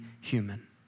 human